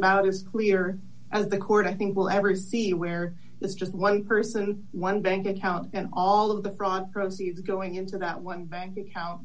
about as clear as the court i think will ever see where there's just one person one bank account and all of the front proceeds going into that one bank account